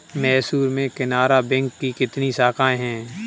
मैसूर में केनरा बैंक की कितनी शाखाएँ है?